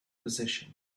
position